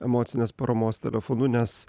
emocinės paramos telefonu nes